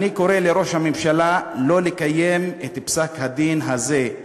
אני קורא לראש הממשלה לא לקיים את פסק-הדין הזה,